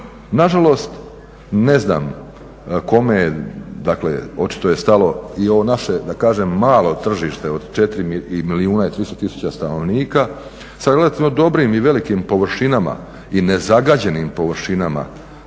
Nažalost ne znam kome očito je stalo i ove naše da kažem malo tržište od 4 milijuna i 300 stanovnika sad relativno dobrim i velikim površinama i ne zagađenim površinama